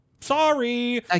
Sorry